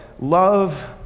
love